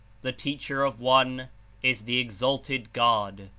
the teacher of one is the exalted god,